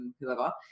whoever